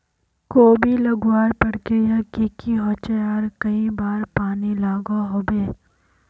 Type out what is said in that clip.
कोबी लगवार प्रक्रिया की की होचे आर कई बार पानी लागोहो होबे?